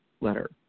letter